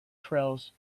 trails